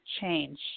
change